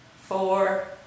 four